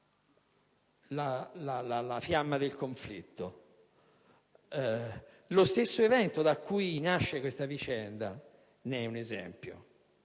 la fiamma del conflitto. Lo stesso evento da cui nasce questa vicenda ne è un esempio: